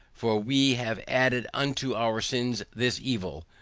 for we have added unto our sins this evil,